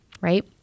right